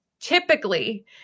Typically